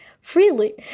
freely